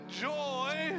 joy